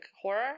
horror